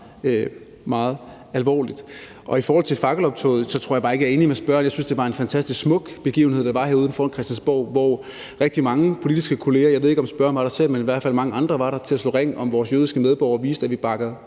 meget alvorligt. I forhold til fakkeloptoget tror jeg bare ikke at jeg er enig med spørgeren. Jeg synes, det var en fantastisk smuk begivenhed, der var herude foran Christiansborg. Rigtig mange politiske kolleger – jeg ved ikke, om spørgeren var der selv – var der til at slå ring om vores jødiske medborgere og vise, at vi bakker